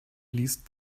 liest